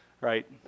right